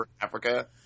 Africa